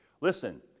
Listen